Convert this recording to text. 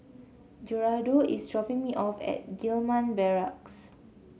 Gerardo is dropping me off at Gillman Barracks